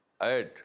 add